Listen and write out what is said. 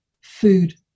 food